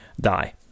die